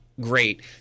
great